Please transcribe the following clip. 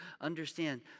understand